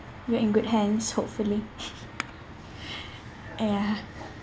you're in good hands hopefully ya